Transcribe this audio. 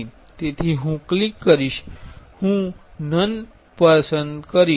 તેથી હું ક્લિક કરીશ હું નન પસંદ કરીશ